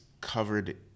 covered